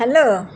hello